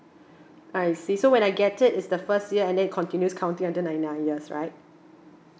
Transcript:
I see so when I get it it's the first year and then continues counting until ninety nine years right